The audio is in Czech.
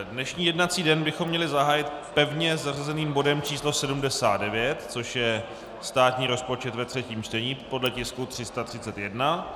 Dnešní jednací den bychom měli zahájit pevně zařazeným bodem číslo 79, což je státní rozpočet ve třetím čtení podle tisku 331.